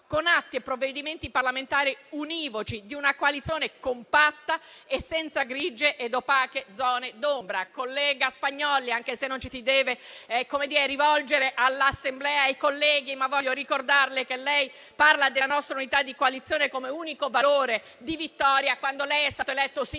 con atti e provvedimenti parlamentari univoci di una coalizione compatta e senza grigie ed opache zone d'ombra. Collega Spagnolli - anche se non ci si deve rivolgere all'Assemblea e ai colleghi - voglio ricordarle che lei parla della nostra unità di coalizione come unico valore di vittoria, quando è stato eletto sindaco